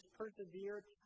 persevered